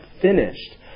finished